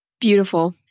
beautiful